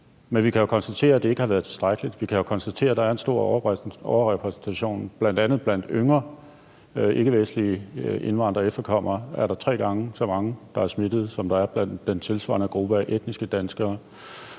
Men vi kan jo konstatere, at det ikke har været tilstrækkeligt, og vi kan konstatere, at der er en stor overrepræsentation. Bl.a. blandt yngre ikkevestlige indvandrere og efterkommere er der tre gange så mange, der er smittet, som der er blandt den tilsvarende gruppe af etniske danskere.